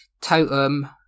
totem